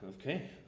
Okay